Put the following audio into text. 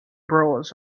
brewers